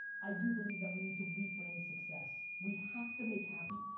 i do believe that we need to reframe success. we have to make happiness,